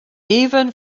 even